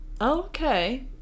Okay